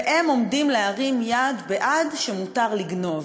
והם עומדים להרים יד בעד זה שמותר לגנוב,